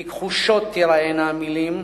כי כחושות תיראינה המלים,